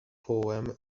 poem